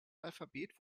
alphabet